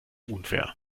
unfair